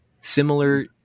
similar